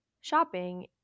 shopping